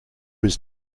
was